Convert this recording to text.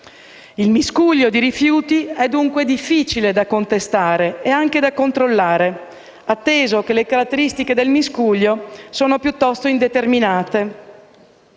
Il miscuglio di rifiuti è dunque difficile da contestare e anche da controllare, atteso che le sue caratteristiche sono piuttosto indeterminate